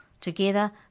Together